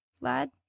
lad